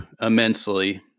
immensely